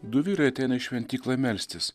du vyrai ateina į šventyklą melstis